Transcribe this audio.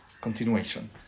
continuation